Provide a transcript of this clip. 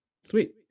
sweet